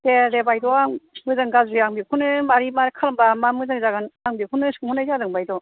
दे दे बायद' आं मोजां गाज्रि आं बेखौनो मारै मारै खालामबा मा मोजां जागोन आं बेखौनो सोंहरनाय जादों बायद'